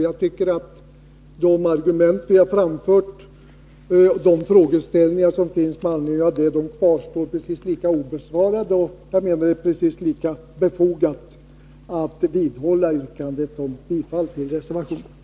Jag tycker att våra argument håller och att de frågeställningar som vi fört fram kvarstår lika obesvarade. Det är precis lika befogat att nu vidhålla yrkandet om bifall till reservationerna.